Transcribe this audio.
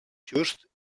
just